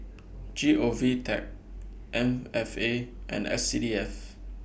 G O V Tech M F A and S C D F